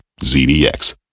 ZDX